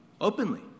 openly